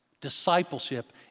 Discipleship